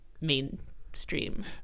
mainstream